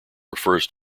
refers